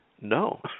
no